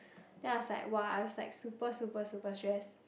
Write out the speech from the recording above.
then I was like [wah] I was like super super super stressed